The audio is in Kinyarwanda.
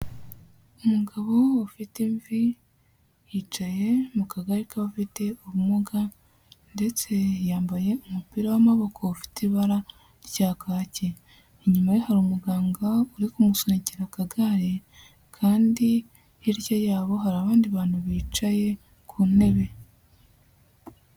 Umugabo ufite imvi yicaye mu kagari k'abafite ubumuga ndetse yambaye umupira w'amaboko ufite ibara rya kake. Inyuma ye hari umuganga uri kumusunikira akagare, kandi hirya yabo hari abandi bantu bicaye ku ntebe.